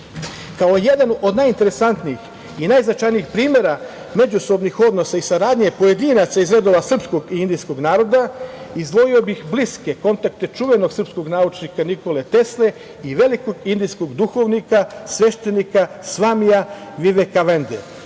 jedan od najinteresantnijih i najznačajnijih primera međusobnih odnosa i saradnje pojedinaca iz redova srpskog i indijskog naroda, izdvojio bih bliske kontakte čuvenog srpskog naučnika Nikole Tesle i velikog indijskog duhovnika sveštenika Svamija Vivekananda.